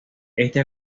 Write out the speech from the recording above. éste